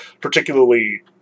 particularly